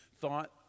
thought